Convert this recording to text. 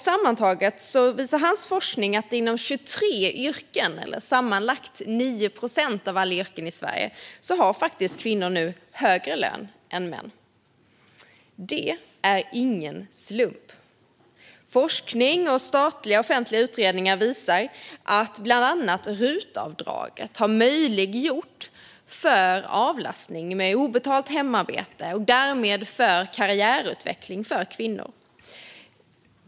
Sammantaget visar hans forskning att kvinnor inom 23 yrken, eller sammanlagt 9 procent av alla yrken i Sverige, nu faktiskt har högre lön än män. Detta är ingen slump. Forskning och statliga offentliga utredningar visar att bland annat RUT-avdraget har möjliggjort avlastning när det gäller obetalt hemarbete och därmed också möjliggjort karriärutveckling för kvinnor.